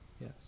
yes